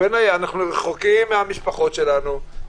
אנחנו רחוקים מהמשפחות שלנו.